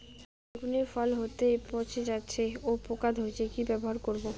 বেগুনের ফল হতেই পচে যাচ্ছে ও পোকা ধরছে কি ব্যবহার করব?